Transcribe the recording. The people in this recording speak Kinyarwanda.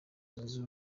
zunze